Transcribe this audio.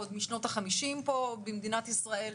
עוד משנות ה-50 במדינת ישראל,